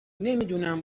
نمیدونم